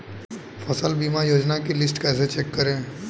फसल बीमा योजना की लिस्ट कैसे चेक करें?